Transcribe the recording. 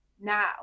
now